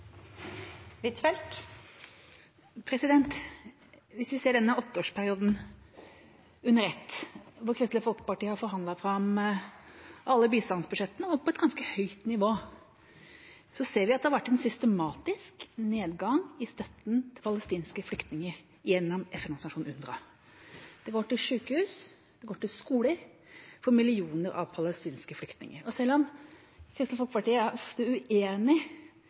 Hvis vi ser denne åtteårsperioden under ett, der Kristelig Folkeparti har forhandlet fram alle bistandsbudsjettene, og på et ganske høyt nivå, ser vi at det har vært en systematisk nedgang i støtten til palestinske flyktninger gjennom FN-organisasjonen UNRWA. Det går til sykehus, det går til skoler for millioner av palestinske flyktninger. Og selv om Kristelig Folkeparti ofte er